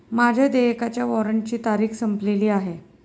माझ्या देयकाच्या वॉरंटची तारीख संपलेली आहे